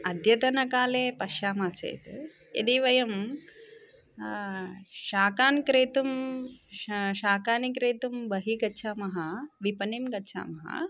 अद्यतनकाले पश्यामः चेत् यदि वयं शाकान् क्रेतुं श शाकानि क्रेतुं बहिः गच्छामः विपणिं गच्छामः